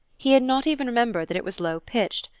he had not even remembered that it was low-pitched,